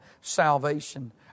salvation